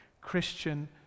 Christian